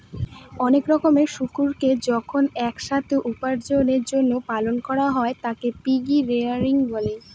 অনেক রকমের শুকুরকে যখন এক সাথে উপার্জনের জন্য পালন করা হয় তাকে পিগ রেয়ারিং বলে